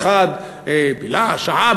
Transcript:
שהה,